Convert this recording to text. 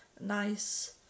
nice